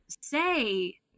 say